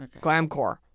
Glamcore